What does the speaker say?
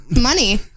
Money